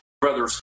brother's